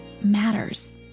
matters